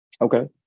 Okay